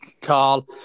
Carl